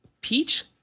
peach